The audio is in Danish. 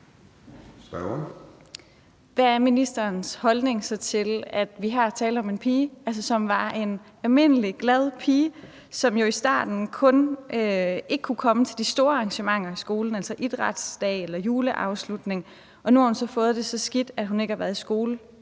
Hvad er ministerens holdning så til, at vi har at gøre med en pige, som var en almindelig, glad pige, som jo i starten kun ikke kunne komme til de store arrangementer i skolen, altså idrætsdag eller juleafslutning, og så nu har fået det så skidt, at hun ikke har været i skole